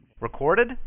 Recorded